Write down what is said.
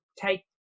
take